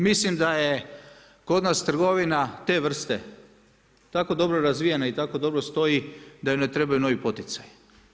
Mislim da je kod nas trgovina te vrste tako dobro razvijena i tako dobro stoji da joj ne trebaju novi poticaji.